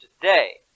today